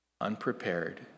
Unprepared